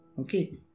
okay